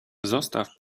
zostaw